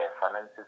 finances